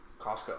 Costco